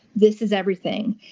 this is everything.